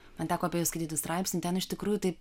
man teko apie jus skaityti straipsnį ten iš tikrųjų taip